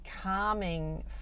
calming